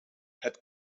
het